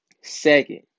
Second